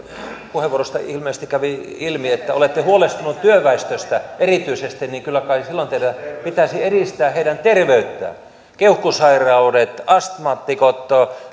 puheenvuorosta ilmeisesti kävi ilmi huolestunut työväestöstä erityisesti niin kyllä kai silloin teidän pitäisi edistää heidän terveyttään keuhkosairaudet astmaatikot